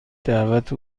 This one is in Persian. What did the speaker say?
دعوت